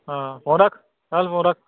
हां फोन रक्ख चल फोन रक्ख